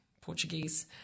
Portuguese